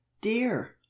dear